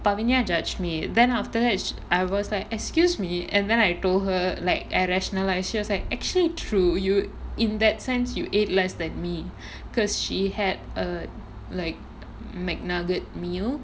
pavinia judge me then after that I was like excuse me and then I told her like I rationalise she was like actually true you in that sense you ate less than me because she had a like McNugget meal